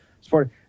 support